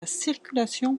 circulation